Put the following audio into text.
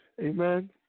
Amen